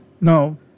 No